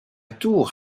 tour